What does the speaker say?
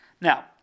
Now